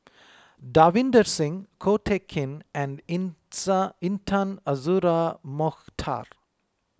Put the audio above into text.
Davinder Singh Ko Teck Kin and Intan Azura Mokhtar